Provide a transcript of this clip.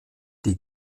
die